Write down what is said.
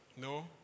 No